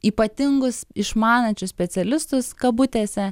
ypatingus išmanančius specialistus kabutėse